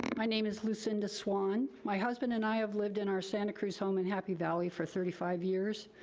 my name is lucinda swan. my husband and i have lived in our santa cruz home in happy valley for thirty five years.